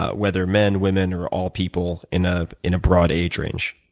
ah whether men, women or all people in ah in a broad age range?